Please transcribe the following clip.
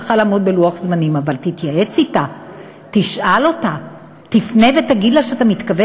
אם שאלו אותו אם זה סביר, 30 יום.